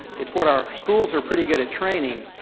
it's what our schools are pretty good at training.